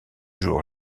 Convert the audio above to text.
jour